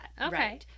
Okay